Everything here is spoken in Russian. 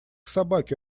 собаки